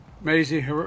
Maisie